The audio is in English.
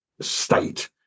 state